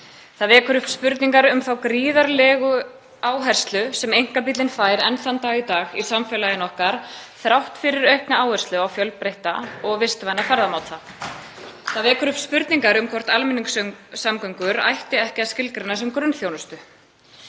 Það vekur upp spurningar um þá gríðarlegu áherslu sem einkabíllinn fær enn þann dag í dag í samfélaginu okkar þrátt fyrir aukna áherslu á fjölbreytta og vistvæna ferðamáta. Það vekur upp spurningar um hvort almenningssamgöngur ætti ekki að skilgreina sem grunnþjónustu.